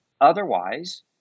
Otherwise